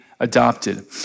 Adopted